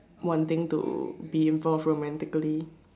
wanting to be involved romantically